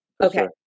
Okay